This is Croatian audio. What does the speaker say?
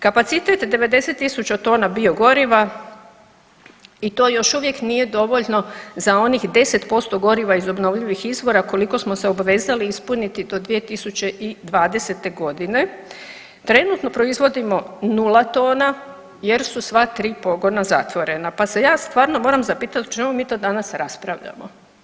Kapacitet 90 tisuća tona biogoriva i to još uvijek nije dovoljno za onih 10% goriva iz obnovljivih izvora koliko smo se obvezali ispuniti do 2020. g. Trenutno proizvodimo 0 tona jer su sva tri pogona zatvorena pa se ja stvarno moram zapitati o čemu mi to danas raspravljamo?